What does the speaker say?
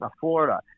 Florida